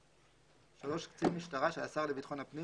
(3) קצין משטרה שהשר לביטחון הפנים